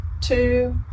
two